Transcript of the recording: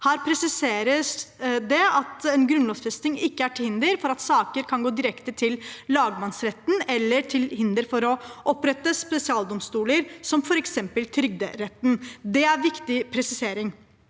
Her presiseres det at en grunnlovfesting ikke er til hinder for at saker kan gå direkte til lagmannsretten eller til hinder for å opprette spesialdomstoler, som f.eks. trygderetten. Det er en viktig presisering.